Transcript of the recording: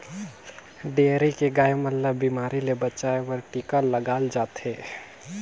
dairy के गाय मन ल बेमारी ले बचाये बर टिका लगाल जाथे